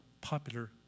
popular